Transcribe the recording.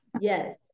Yes